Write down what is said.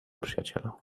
przyjaciela